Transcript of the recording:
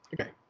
Okay